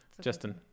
Justin